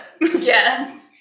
Yes